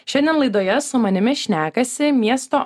šiandien laidoje su manimi šnekasi miesto